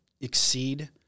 exceed